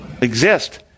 exist